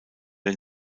den